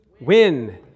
win